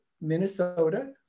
Minnesota